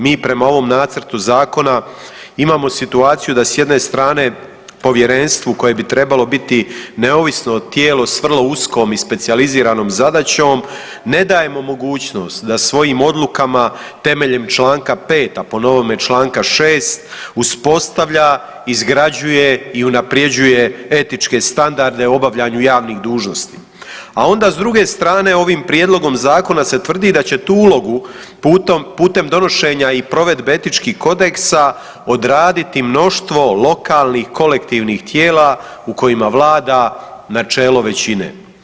Mi prema ovom nacrtu zakona imamo situaciju da s jedne strane povjerenstvu koje bi trebalo biti neovisno tijelo s vrlo uskom i specijaliziranom zadaćom ne dajemo mogućnost da svojim odlukama temeljem čl. 5., a po novome čl.6. uspostavlja, izgrađuje i unaprjeđuje etičke standarde u obavljanju javnih dužnosti, a onda s druge strane ovim prijedlogom zakona se tvrdi da će tu ulogu putem donošenja i provedbe etičkih kodeksa odraditi mnoštvo lokalnih kolektivnih tijela u kojima vlada načelo većine.